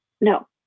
no